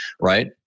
right